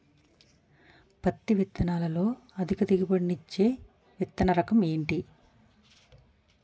పత్తి విత్తనాలతో అధిక దిగుబడి నిచ్చే విత్తన రకం ఏంటి?